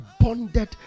bonded